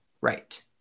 Right